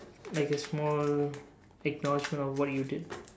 like a small acknowledgement of what you did